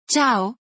Ciao